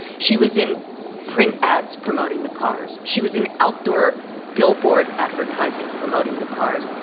she was in print ads promoting the cars. she was in outdoor billboard advertising promoting the cars.